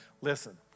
Listen